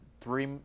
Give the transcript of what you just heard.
three